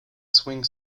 swing